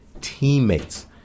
teammates